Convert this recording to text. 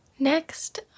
Next